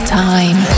time